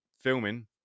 filming